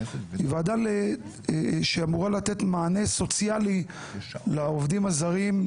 היא ועדה שאמורה לתת מענה סוציאלי לעובדים הזרים,